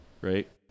Right